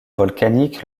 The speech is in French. volcanique